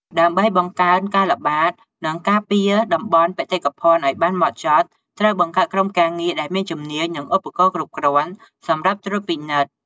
ដើម្បីបង្កើនការល្បាត និងការពារតំបន់បេតិកភណ្ឌឱ្យបានហ្មត់ចត់ ត្រូវបង្កើតក្រុមការងារដែលមានជំនាញ និងឧបករណ៍គ្រប់គ្រាន់ សម្រាប់ត្រួតពិនិត្យ។